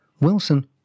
Wilson